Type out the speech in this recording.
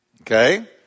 Okay